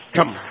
Come